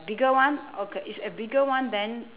bigger one okay it's a bigger one then